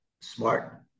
smart